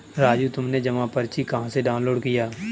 राजू तुमने जमा पर्ची कहां से डाउनलोड किया?